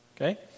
okay